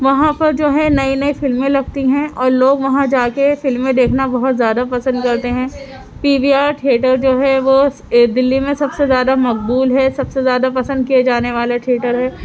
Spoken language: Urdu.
وہاں پر جو ہے نئی نئی فلمیں لگتی ہیں اور لوگ وہاں جا کے فلمیں دیکھنا بہت زیادہ پسند کرتے ہیں پی وی آر ٹھیٹر جو ہے وہ دلی میں سب سے زیادہ مقبول ہے سب سے زیادہ پسند کیا جانے والا ٹھیٹر ہے